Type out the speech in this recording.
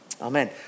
amen